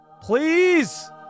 Please